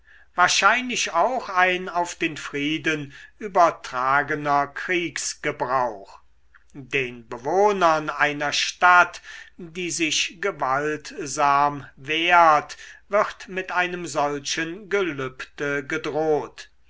wahrscheinlich auch ein auf den frieden übertragener kriegsgebrauch den bewohnern einer stadt die sich gewaltsam wehrt wird mit einem solchen gelübde gedroht